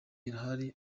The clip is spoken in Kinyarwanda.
irahari